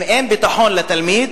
אם אין ביטחון לתלמיד,